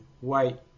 white